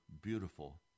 beautiful